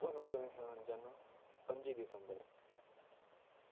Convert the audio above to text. और में तुसें सनाना चाह्नां पंज्जी दिसंबर